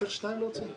צריך להוציא שניים.